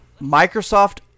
Microsoft